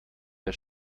der